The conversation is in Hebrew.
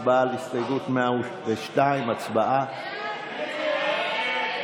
הצבעה על הסתייגות 102. ההסתייגות (102) של קבוצת סיעת הליכוד,